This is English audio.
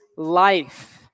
Life